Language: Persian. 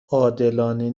عادلانه